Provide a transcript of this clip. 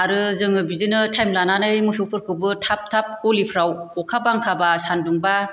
आरो जोङो बिदिनो टाइम लानानै मोसौफोरखौबो थाब थाब गलिफ्राव अखा बांखा बा सानदुंबा